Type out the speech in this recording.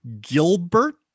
Gilbert